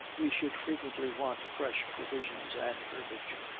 we should frequently want fresh provisions and herbage,